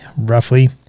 roughly